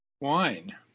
wine